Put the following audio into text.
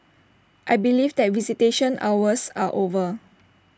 I believe that visitation hours are over